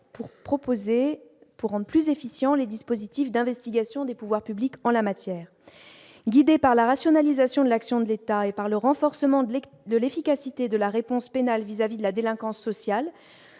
pour proposer pourront plus efficient, les dispositifs d'investigation des pouvoirs publics en la matière, guidé par la rationalisation de l'action de l'État et par le renforcement de l'aide de l'efficacité de la réponse pénale vis-à-vis de la délinquance sociale